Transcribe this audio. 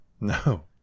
No